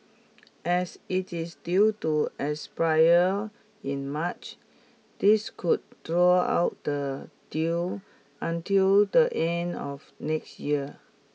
as it is due to expire in March this could draw out the deal until the end of next year